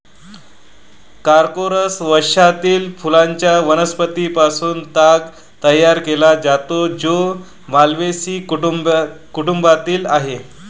Corchorus वंशातील फुलांच्या वनस्पतीं पासून ताग तयार केला जातो, जो माल्व्हेसी कुटुंबातील आहे